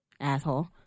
Asshole